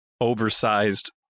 oversized